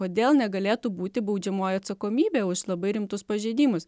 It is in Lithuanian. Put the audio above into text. kodėl negalėtų būti baudžiamoji atsakomybė už labai rimtus pažeidimus